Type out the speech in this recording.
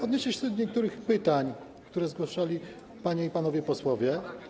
Odniosę się do niektórych pytań, które zgłaszali panie i panowie posłowie.